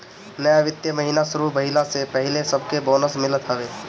नया वित्तीय महिना शुरू भईला से पहिले सबके बोनस मिलत हवे